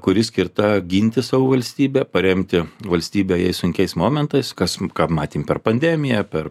kuri skirta ginti savo valstybę paremti valstybę jai sunkiais momentais kas ką matėm per pandemiją per